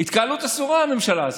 23 בעד, 61 נגד, אין נמנעים.